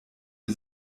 wir